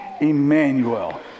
Emmanuel